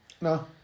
No